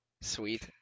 Sweet